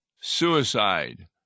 suicide